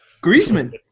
Griezmann